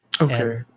Okay